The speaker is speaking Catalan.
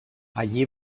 allí